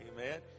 amen